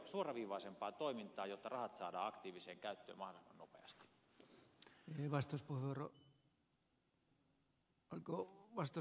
suoraviivaisempaa toimintaa jotta rahat saadaan aktiiviseen käyttöön mahdollisimman nopeasti